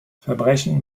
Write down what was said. verbrechen